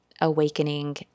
awakening